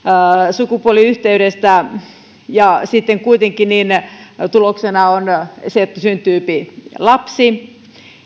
sukupuoliyhteydestä ja sitten kuitenkin tuloksena on se että syntyy lapsi